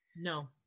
No